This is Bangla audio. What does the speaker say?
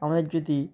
আমাদের যদি